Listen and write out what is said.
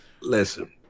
Listen